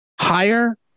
higher